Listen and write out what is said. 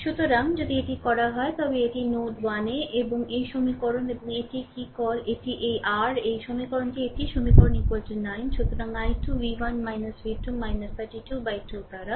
সুতরাং যদি এটি করা হয় তবে এটি নোড 1 এ এবং এই সমীকরণ এবং এটিই কি কল এটি এই r এই সমীকরণটি এটিই সমীকরণ 9 সুতরাং i2 v1 v2 32 বাই 2 দ্বারা